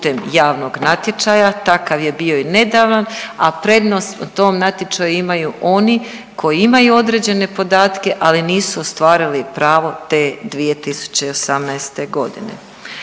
putem javnog natječaja, takav je bio i nedavan, a prednost u tom natječaju imaju oni koji imaju određene podatke, ali nisu ostvarili pravo te 2018.g..